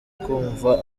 kumva